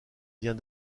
vient